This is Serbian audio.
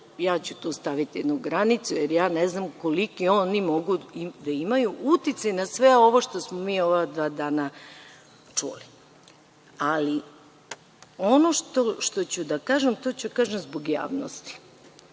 ja ću tu staviti jednu granicu, jer ne znam koliki oni mogu da imaju uticaj na sve ovo što smo mi u ova dva dana čuli. Ali, ono što ću da kažem, to ću da kažem zbog javnosti. Kada